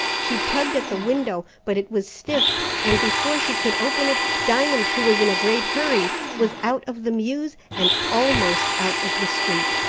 she tugged at the window, but it was stiff and before she could open it, diamond, who was in a great hurry, was out of the mews, and almost out of the street.